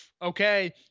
Okay